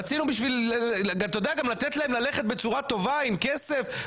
רצינו גם לתת להם ללכת בצורה טובה עם כסף,